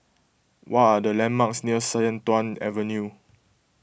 what are the landmarks near Sian Tuan Avenue